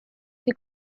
que